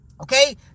Okay